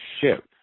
ship